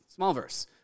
Smallverse